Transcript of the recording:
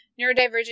neurodivergent